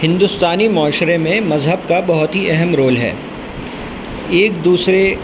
ہندوستانی معاشرے میں مذہب کا بہت ہی اہم رول ہے ایک دوسرے